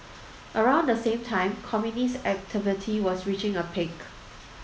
around the same time communist activity was reaching a peak